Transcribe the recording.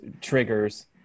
triggers